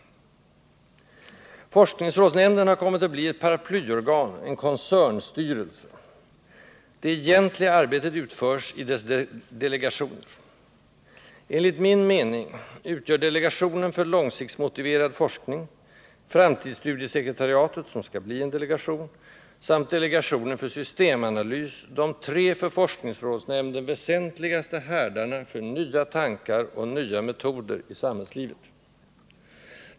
Forskningsrådsnämnden har kommit att bli ett paraplyorgan, en koncern styrelse. Det egentliga arbetet utförs i dess ”delegationer”. Enligt min mening utgör delegationen för långsiktsmotiverad forskning, framtidsstudiesekretariatet —som skall bli en delegation — samt delegationen för systemanalys de tre för forskningsrådsnämnden väsentligaste härdarna för nya tankar och nya metoder i samhällslivet.